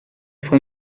fue